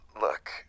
Look